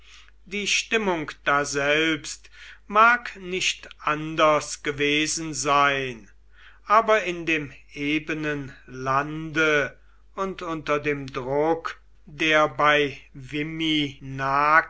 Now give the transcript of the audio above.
die stimmung daselbst mag nicht anders gewesen sein aber in dem ebenen lande und unter dem druck der bei